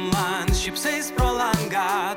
man šypsais pro langą